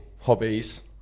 hobbies